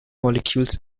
molecules